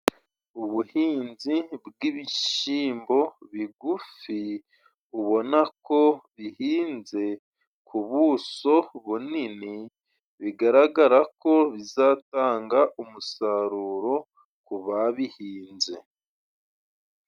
Ubuhinzi bw'ibishimbo bigufi ubona ko bihinze ku buso bunini bigaragara ko bizatanga umusaruro ku babihinze.